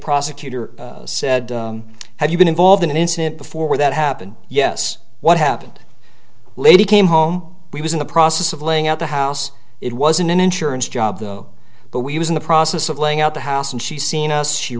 prosecutor said have you been involved in an instant before that happened yes what happened lady came home we was in the process of laying out the house it was an insurance job though but we was in the process of laying out the house and she seen us she